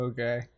Okay